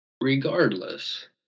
regardless